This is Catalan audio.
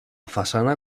façana